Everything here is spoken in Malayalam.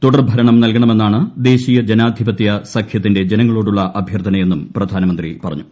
തുടർഭരണം ന്റൽകുണമെന്നാണ് ദേശീയ ജനാധിപത്യ സഖ്യത്തിന്റെ ജനങ്ങളോടുള്ള് അഭ്യർത്ഥനയെന്നും പ്രധാനമന്ത്രി പറഞ്ഞു